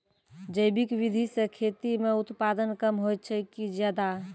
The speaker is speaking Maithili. जैविक विधि से खेती म उत्पादन कम होय छै कि ज्यादा?